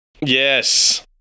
Yes